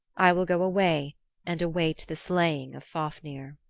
i will go away and await the slaying of fafnir.